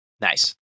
Nice